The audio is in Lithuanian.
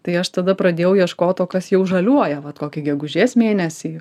tai aš tada pradėjau ieškot o kas jau žaliuoja vat kokį gegužės mėnesį